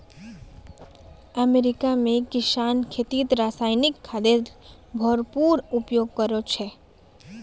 America में किसान खेतीत रासायनिक खादेर भरपूर उपयोग करो छे